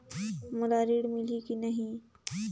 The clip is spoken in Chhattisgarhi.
मोला ऋण मिलही की नहीं?